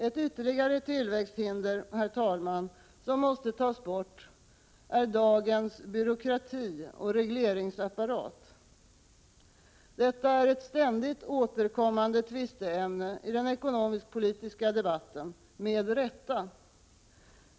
Ett ytterligare tillväxthinder, herr talman, som måste tas bort är dagens byråkrati och regleringsapparat. Detta är ett ständigt återkommande tvisteämne i den ekonomisk-politiska debatten — med rätta.